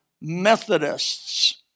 Methodists